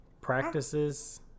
Practices